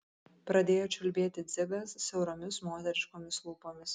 pradėjo čiulbėti dzigas siauromis moteriškomis lūpomis